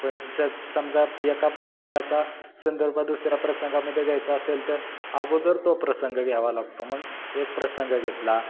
पण तिस समजा एका प्रसंगाचा संदर्भ दुसऱ्या प्रसंगामध्ये घ्यायचा असेल तर अगोदर तो प्रसंग घ्यावा लागतो मग एक प्रसंग घेतला